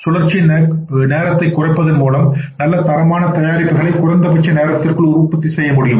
சுழற்சியின் நேரத்தைக் குறைப்பதன் மூலம் நல்ல தரமான தயாரிப்புகளை குறைந்தபட்ச நேரத்திற்குள் உற்பத்தி முடியும்